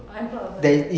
oh employed also ah